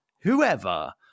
whoever